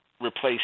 replace